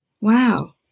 wow